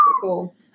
cool